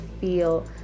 feel